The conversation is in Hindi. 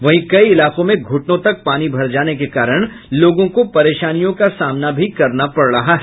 वहीं कई इलाकों में घूटनों तक पानी भर जाने के कारण लोगों को परेशानियों का सामना भी करना पड़ रहा है